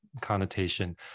connotation